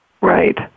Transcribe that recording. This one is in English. Right